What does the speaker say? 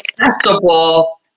accessible